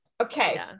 okay